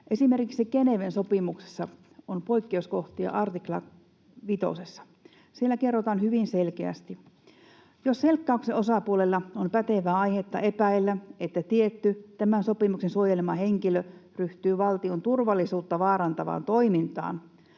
Esimerkiksi Geneven sopimuksessa on poikkeuskohtia artikla 5:ssä. Siellä kerrotaan hyvin selkeästi: ”Jos selkkauksen osapuolella on pätevää aihetta epäillä, että tietty, tämän sopimuksen suojelema henkilö ryhtyy valtion turvallisuutta vaarantavaan toimintaan,